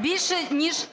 більше ніж